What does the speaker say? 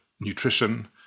nutrition